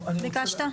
ביקשת.